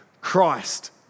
Christ